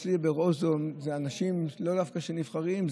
אצלי "בראש" אלו אנשים שלאו דווקא נבחרים,